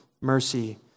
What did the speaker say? mercy